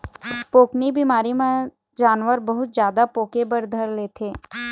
पोकनी बिमारी म जानवर बहुत जादा पोके बर धर लेथे